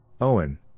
Owen